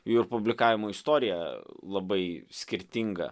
jų ir publikavimo istorija labai skirtinga